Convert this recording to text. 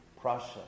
Prussia